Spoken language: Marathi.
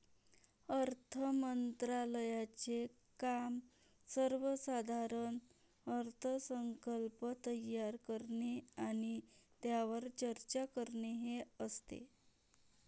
अर्थ मंत्रालयाचे काम सर्वसाधारण अर्थसंकल्प तयार करणे आणि त्यावर चर्चा करणे हे असते